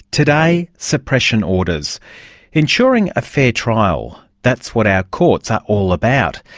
today, suppression orders ensuring a fair trial. that's what our courts are all about.